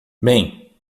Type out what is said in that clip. bem